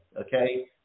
okay